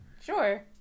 Sure